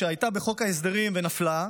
שהייתה בחוק ההסדרים ונפלה,